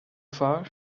far